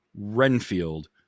Renfield